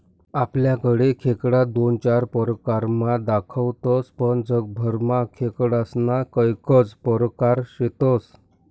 आपलाकडे खेकडा दोन चार परकारमा दखातस पण जगभरमा खेकडास्ना कैकज परकार शेतस